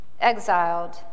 exiled